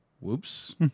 whoops